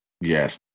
Yes